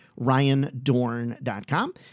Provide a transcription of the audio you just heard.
RyanDorn.com